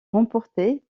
remportée